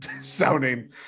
Sounding